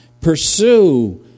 pursue